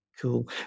cool